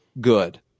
good